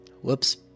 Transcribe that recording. Whoops